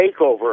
takeover